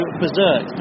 berserk